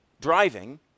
driving